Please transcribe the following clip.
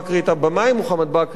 את הבמאי מוחמד בכרי,